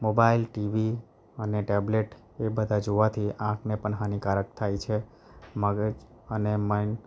mobile TV અને tablet એ બધા જોવાથી આંખને પણ હાનિકારક થાય છે મગજ અને માઈન્ડ